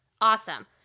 Awesome